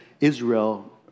Israel